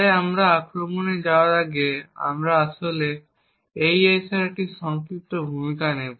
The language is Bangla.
তাই আমরা আক্রমণে যাওয়ার আগে আমরা আসলে AES এর একটি সংক্ষিপ্ত ভূমিকা নেব